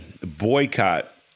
boycott